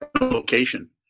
location